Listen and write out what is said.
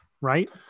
right